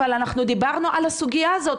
אבל אנחנו דיברנו על הסוגיה הזאת,